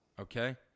okay